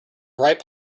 ripe